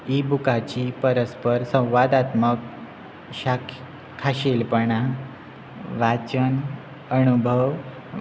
ईबुकाची परस्पर संवादात्मक शाखा खाशेलपणां वाचन अणभव